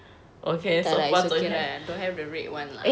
dah lah it's okay lah don't have the red [one] lah